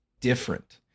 Different